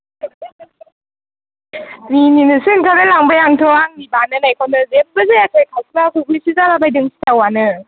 मिनिनोसो ओंखारलायलांबाय आंथ' आंनि बानायनायखौनो जेब्बो जायाखै खावख्ला खावख्लिसो जालाबायदों सिथावआनो